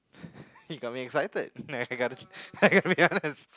you got me excited I gotta I gotta be honest